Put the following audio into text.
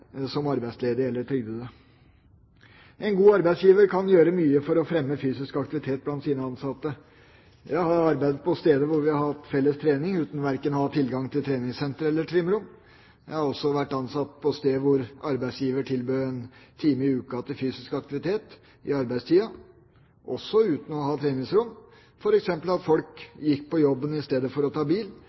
som arbeidsledige eller trygdede. En god arbeidsgiver kan gjøre mye for å fremme fysisk aktivitet blant sine ansatte. Jeg har arbeidet på steder hvor vi har hatt felles trening uten tilgang til verken treningssenter eller trimrom. Jeg har også vært ansatt et sted hvor arbeidsgiver tilbød én time i uken til fysisk aktivitet i arbeidstiden, også uten å ha treningsrom – f.eks. at folk gikk på jobben i stedet for å ta bil.